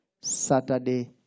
Saturday